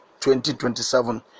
2027